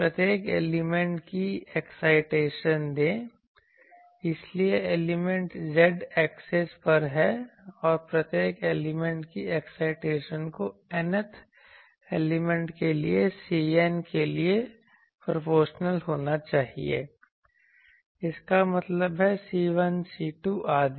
प्रत्येक एलिमेंट की एक्साइटेशन दें इसलिए एलिमेंट z एक्सिस पर हैं और प्रत्येक एलिमेंट की एक्साइटेशन को Nth एलिमेंट के लिए CN के प्रोपोर्शनल होना चाहिए इसका मतलब है C1 C2 आदि